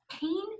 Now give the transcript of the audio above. Pain